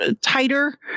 tighter